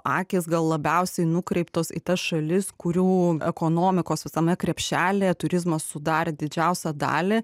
akys gal labiausiai nukreiptos į tas šalis kurių ekonomikos visame krepšelyje turizmas sudarė didžiausią dalį